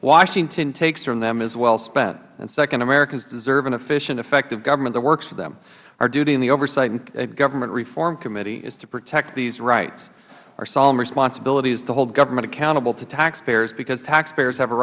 washington takes from them is well spent and second americans deserve an efficient effective government that works for them our duty on the oversight and government reform committee is to protect these rights our solemn responsibility is to hold government accountable to taxpayers because taxpayers have a